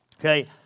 Okay